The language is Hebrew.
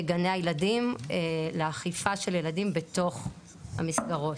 גני הילדים, לאכיפה של הילדים בתוך המסגרות.